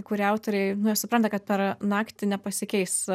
kur autoriai nesupranta kad per naktį nepasikeis